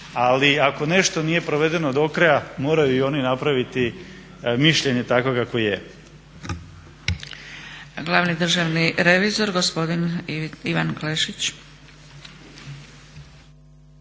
ali ako nešto nije provedeno do kraja moraju i oni napraviti mišljenje takvo kakvo je.